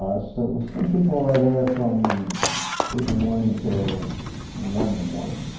ah so some people are there from eight in the morning till one in the morning.